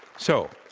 so,